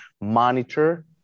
monitor